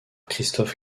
christophe